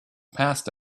passed